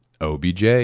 OBJ